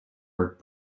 work